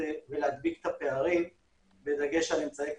ולהדביק את הפערים בדגש על אמצעי קצה,